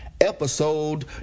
episode